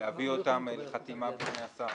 להביא אותם לחתימה בפני השר.